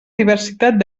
diversitat